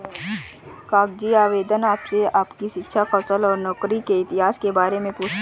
कागजी आवेदन आपसे आपकी शिक्षा, कौशल और नौकरी के इतिहास के बारे में पूछते है